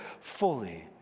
fully